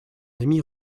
amie